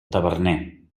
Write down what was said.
taverner